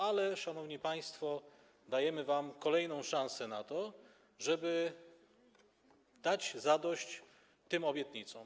Ale, szanowni państwo, dajemy wam kolejną szansę na to, żeby uczynić zadość tym obietnicom.